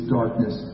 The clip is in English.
darkness